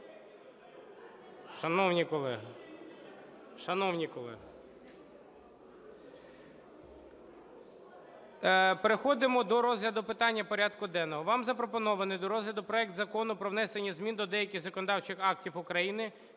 Шановні колеги! Шановні колеги! Переходимо до розгляду питання порядку денного. Вам запропонований до розгляду проект Закону про внесення змін до деяких законодавчих актів України